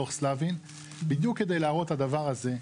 לדו"ח סלבין בדיוק כדי להראות את הדבר הזה.